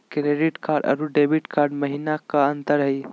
Credit card अरू debit card महिना का अंतर हई?